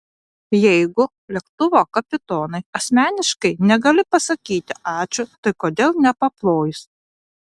jeigu lėktuvo kapitonui asmeniškai negali pasakyti ačiū tai kodėl nepaplojus